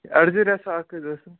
عرضہٕ رژ اَکھ حظ ٲسٕم